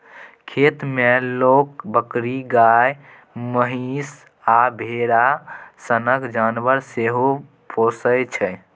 खेत मे लोक बकरी, गाए, महीष आ भेरा सनक जानबर सेहो पोसय छै